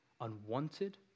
unwanted